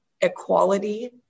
equality